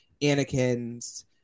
Anakin's